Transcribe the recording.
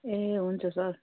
ए हुन्छ सर